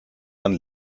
dann